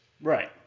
Right